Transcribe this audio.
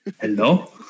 Hello